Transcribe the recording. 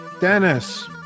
Dennis